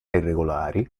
irregolari